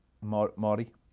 mori